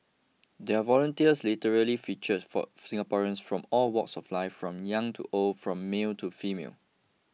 their volunteers literally features for Singaporeans from all walks of life from young to old from male to female